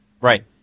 Right